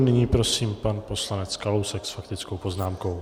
Nyní prosím pan poslanec Kalousek s faktickou poznámkou.